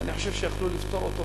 ואני חושב שיכלו לפתור אותו.